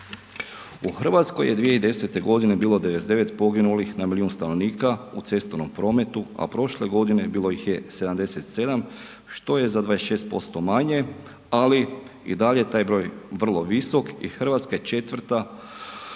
U Hrvatskoj je 2010. g. bilo 99 poginulih na milijun stanovnika u cestovnom prometu a prošle godine bilo ih je 77 što je za 26% ali i dalje je taj broj vrlo visok i Hrvatska je četvrta